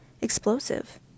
Explosive